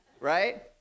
Right